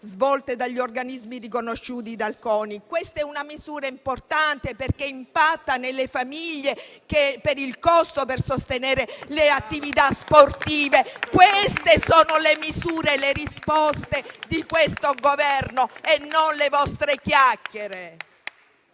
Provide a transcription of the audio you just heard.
svolte dagli organismi riconosciuti dal CONI: questa è una misura importante perché impatta sulle famiglie e sui costi per sostenere le attività sportive. Queste sono le misure le risposte di questo Governo e non le vostre chiacchiere.